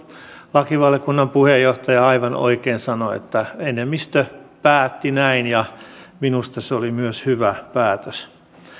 lakivaliokunnan puheenjohtaja aivan oikein sanoi että enemmistö päätti näin ja minusta se oli myös hyvä päätös